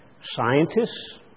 scientists